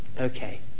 Okay